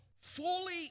fully